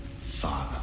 father